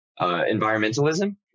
environmentalism